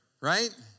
right